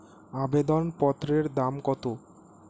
আবেদন পত্রের দাম কত?